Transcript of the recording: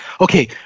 Okay